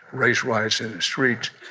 race riots in the streets,